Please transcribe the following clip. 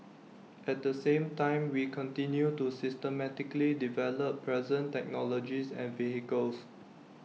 at the same time we continue to systematically develop present technologies and vehicles